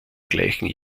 gleichen